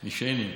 על כל פנים,